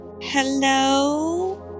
Hello